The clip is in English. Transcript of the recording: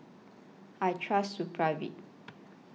I Trust Supravit